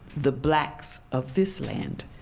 the blacks of this land.